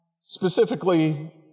specifically